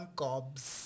cobs